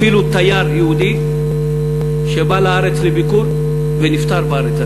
אפילו תייר יהודי שבא לארץ לביקור ונפטר בארץ,